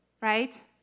right